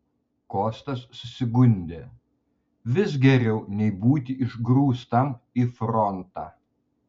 kostas susigundė vis geriau nei būti išgrūstam į frontą